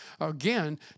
again